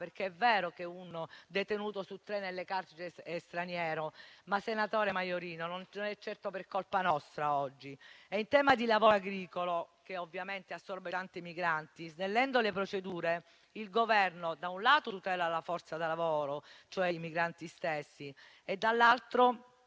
È vero che un detenuto su tre nelle carceri è straniero, ma, senatrice Maiorino, non è certo per colpa nostra oggi. In tema di lavoro agricolo - che ovviamente assorbe tanti migranti - il Governo, snellendo le procedure, da un lato, tutela la forza lavoro, cioè i migranti stessi, e, dall'altro